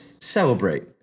celebrate